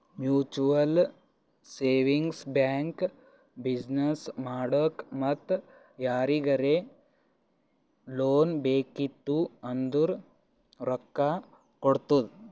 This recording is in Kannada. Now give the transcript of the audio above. ಮ್ಯುಚುವಲ್ ಸೇವಿಂಗ್ಸ್ ಬ್ಯಾಂಕ್ ಬಿಸಿನ್ನೆಸ್ ಮಾಡಾಕ್ ಮತ್ತ ಯಾರಿಗರೇ ಲೋನ್ ಬೇಕಿತ್ತು ಅಂದುರ್ ರೊಕ್ಕಾ ಕೊಡ್ತುದ್